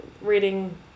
reading